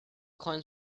coins